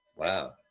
Wow